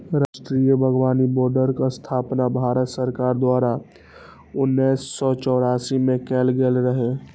राष्ट्रीय बागबानी बोर्डक स्थापना भारत सरकार द्वारा उन्नैस सय चौरासी मे कैल गेल रहै